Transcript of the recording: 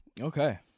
Okay